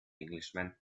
englishman